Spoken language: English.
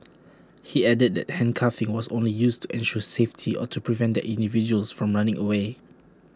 he added that handcuffing was only used to ensure safety or to prevent the individuals from running away